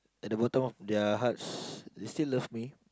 at the bottom of their hearts they still love me